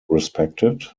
respected